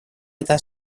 eta